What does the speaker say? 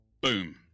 Boom